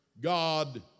God